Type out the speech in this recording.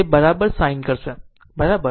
તે બરાબર sin કરશે બરાબર